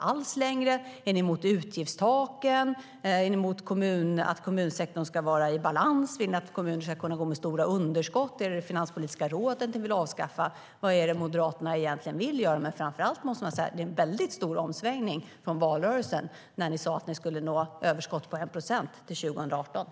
Är ni emot utgiftstaken? Är ni emot att kommunsektorn ska vara i balans? Vill ni att kommuner ska kunna gå med stora underskott? Är det Finanspolitiska rådet ni vill avskaffa? Vad är det egentligen Moderaterna vill göra? Framför allt måste man säga att det är en väldigt stor omsvängning från valrörelsen, när ni sa att ni skulle nå överskottsmålet på 1 procent till 2018.